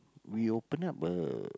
we open up a